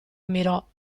ammirò